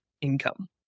income